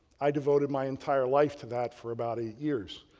i devoted by entire life to that for about eight years.